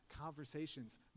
conversations